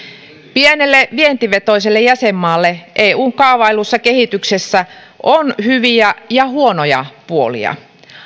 pienelle vientivetoiselle jäsenmaalle eun kaavaillussa kehityksessä on hyviä ja huonoja puolia